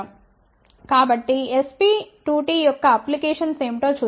కాబట్టి SP2T యొక్క applications ఏమిటో చూద్దాం